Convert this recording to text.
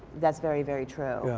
that's very, very true.